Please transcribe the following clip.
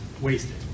wasted